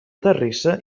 terrissa